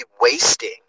wasting